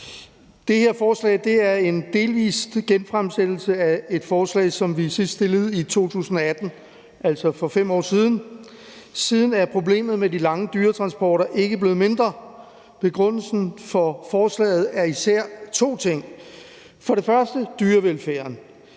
Det her forslag er en delvis genfremsættelse af et forslag, som vi sidst fremsatte i 2018, altså for 5 år siden. Siden er problemet med de lange dyretransporter ikke blevet mindre. Begrundelsen for forslaget er især to ting. For det første er der